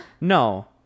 No